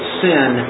sin